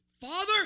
Father